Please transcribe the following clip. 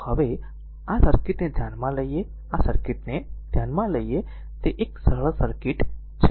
તો હવે આપણે આ સર્કિટને ધ્યાનમાં લઈએ આ સર્કિટને ધ્યાનમાં લઈએ તે એક સરળ સર્કિટ છે